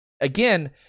again